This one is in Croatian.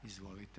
Izvolite.